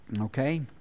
Okay